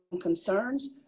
concerns